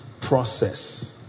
process